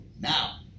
Now